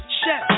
chef